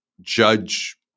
judge